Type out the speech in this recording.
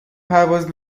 پرواز